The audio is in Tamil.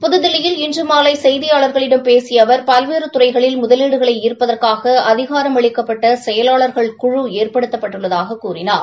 புதுகில்லியில் இன்று மாலை செய்தியாளாகளிடம் பேசிய அவா் பல்வேறு துறைகளில் முதலீடுகளை ஈள்ப்பதற்காக அதிகாரமளிக்கப்பட்ட செயலாளர்கள் குழு ஏற்படுத்தப்பட்டள்ளதாக கூறினார்